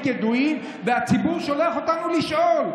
ידועים והציבור שולח אותנו לשאול.